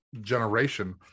generation